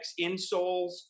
insoles